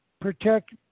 protect